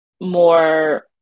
more